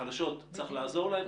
רשויות חלשות צריך לעזור להן.